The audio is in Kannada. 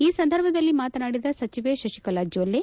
ಈ ಸಂದರ್ಭದಲ್ಲಿ ಮಾತನಾಡಿದ ಸಚಿವೆ ಶಶಿಕಲಾ ಜೊಲ್ಲೆ